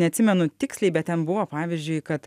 neatsimenu tiksliai bet ten buvo pavyzdžiui kad